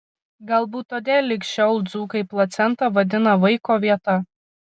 galbūt todėl lig šiol dzūkai placentą vadina vaiko vieta